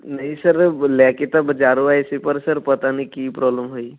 ਨਹੀਂ ਸਰ ਲੈ ਕੇ ਤਾਂ ਬਜ਼ਾਰੋਂ ਆਏ ਸੀ ਪਰ ਸਰ ਪਤਾ ਨਹੀਂ ਕੀ ਪ੍ਰੋਬਲਮ ਹੋਈ